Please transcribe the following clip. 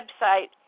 website